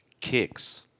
Kicks